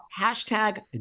hashtag